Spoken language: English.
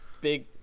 big